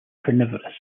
carnivorous